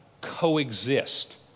coexist